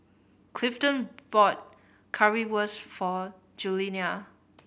Clifton bought Currywurst for Juliana